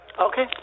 Okay